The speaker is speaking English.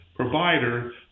Provider